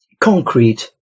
Concrete